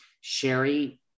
Sherry